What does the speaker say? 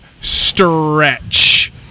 stretch